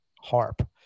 harp